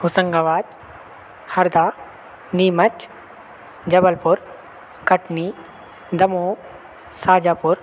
Hoshangabad Harda Neemuch Jabalpur Katni Damoh Sajapur